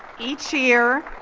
each year,